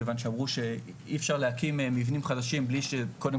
כיוון שאמרו שאי אפשר להקים מבנים חדשים בלי שקודם